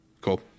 Cool